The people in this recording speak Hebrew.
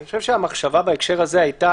אני חושב שהמחשבה בהקשר הזה הייתה